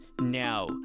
Now